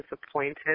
disappointed